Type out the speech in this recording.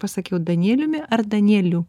pasakiau danieliumi ar danieliu